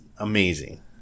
Amazing